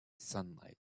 sunlight